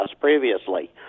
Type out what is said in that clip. previously